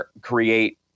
create